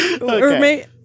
Okay